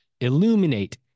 Illuminate